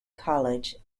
college